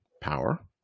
power